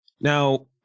Now